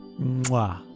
mwah